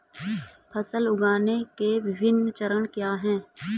फसल उगाने के विभिन्न चरण क्या हैं?